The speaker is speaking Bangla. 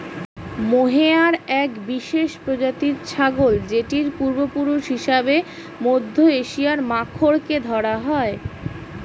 মোহেয়ার এক বিশেষ প্রজাতির ছাগল যেটির পূর্বপুরুষ হিসেবে মধ্য এশিয়ার মাখরকে ধরা হয়